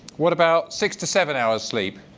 what about six to seven hours' sleep?